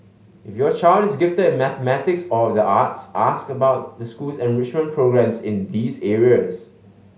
if your child is gifted in mathematics or the arts ask about the school's enrichment programmes in these areas